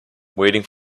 waiting